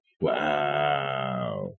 Wow